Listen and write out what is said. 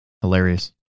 hilarious